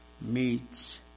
meets